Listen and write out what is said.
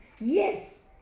Yes